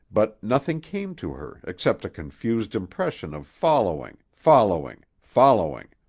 but nothing came to her except a confused impression of following, following, following.